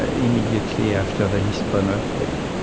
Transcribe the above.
ah immediately after the lisbon earthquake.